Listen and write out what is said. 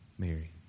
Mary